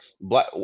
black